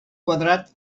quadrat